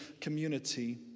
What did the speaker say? community